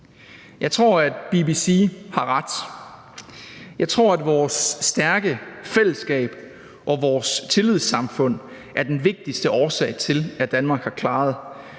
Jeg tror, at BBC har ret. Jeg tror, at vores stærke fællesskab og vores tillidssamfund er den vigtigste årsag til, at Danmark har klaret